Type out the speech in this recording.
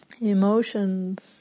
emotions